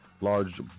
large